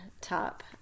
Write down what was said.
top